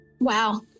Wow